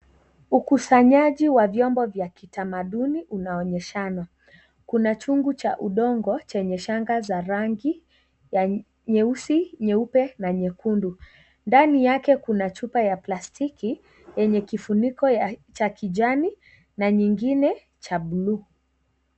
Ukusanyaji wa vyombo vya kitamaduni unaonyeshanwa. Kuna chungu cha udongo chenye shanga za rangi ya nyeusi, nyeupe na nyekundu. Ndani yake kuna chupa ya plastiki yenye kifuniko ya- cha kijani na nyingine cha bluu.